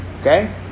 Okay